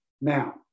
Now